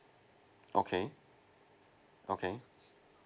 okay okay